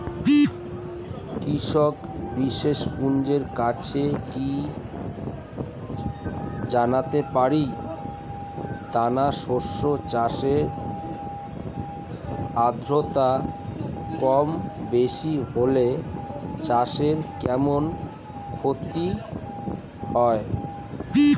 কৃষক বিশেষজ্ঞের কাছে কি জানতে পারি দানা শস্য চাষে আদ্রতা কমবেশি হলে চাষে কেমন ক্ষতি হয়?